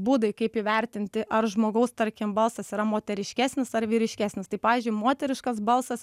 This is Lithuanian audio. būdai kaip įvertinti ar žmogaus tarkim balsas yra moteriškesnis ar vyriškesnis tai pavyzdžiui moteriškas balsas